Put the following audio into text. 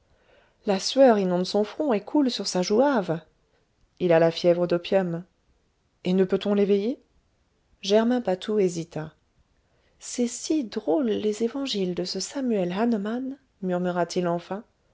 la sueur inonde son front et coule sur sa joue hâve il a la fièvre d'opium et ne peut-on l'éveiller germain patou hésita c'est si drôle les évangiles de ce samuel hahnemann murmura-t-il enfin